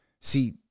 See